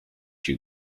you